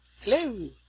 hello